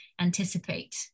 anticipate